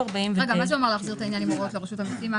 מה זה אומר "להחזיר את העניין עם הוראות לרשות המסים"?